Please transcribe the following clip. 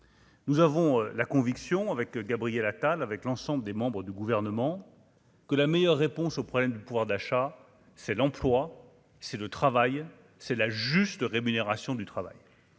Nous avons la conviction avec Gabriel Attal avec l'ensemble des membres du gouvernement que la meilleure réponse aux problèmes de pouvoir d'achat, c'est l'emploi, c'est le travail c'est la juste rémunération du travail,